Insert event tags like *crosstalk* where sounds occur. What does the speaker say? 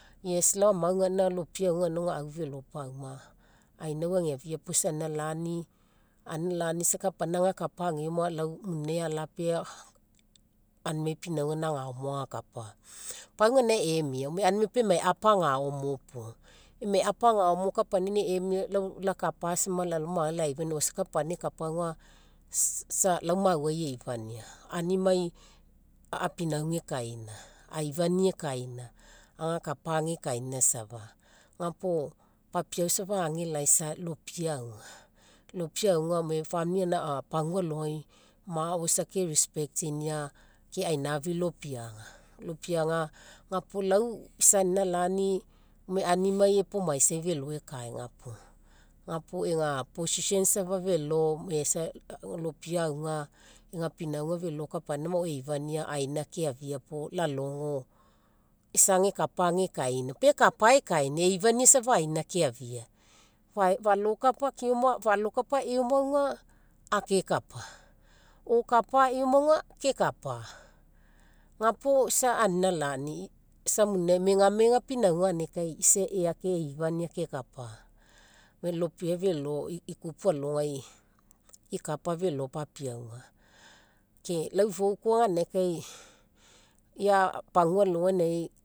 Yes lau amau gaina lopia auga gaina au velo pauma. Au velo pauma, ainau ageafia puo isa anina lani, anina lani isa kapaina gakapa ageoma lau muninai alapea aunimai pinauga gaina agaomo agakapa. Pau ganinagai emia gome aunimai pau emai apa agaomo puo. Emai apa agaomo, lau kapaina inae emia lakapa sama lalao magai laifania oh isa kapaina ekapa auga lau mauai eifania, aunimai apinauga ekaina, aifania ekaina agakapa agekaina safa. Ga puo papiau safa age lai isa lopia auga, lopia auga gome famili gaina alogai *hesitation* pagua alogai mao isa ke respectinia ke ainafii lopiaga, lopiaga. Ga puo lau isa anina lani gome aunimai epomaisai velo ekaiga puo, ga puo ega position safa velo *hesitation* isa lopia auga ega pinauga velo kapaina maoai eifania aina keafia puo lalogo isa agekapa agekaina. Pau ekapa ekaina eifania safa aina keafia, *hesitation* falokapa eoma auga, akekakapa. Or kapa eoma, kekapa ga puo isa anina lani. Isa muninai megamega pinauga ganinagai kai isa eake eifania kekapa. gome lopia velo, ikupu alogai ikapa velo papiauga. Ke lau ifou koa ganinagai kai ia pagua alogai inae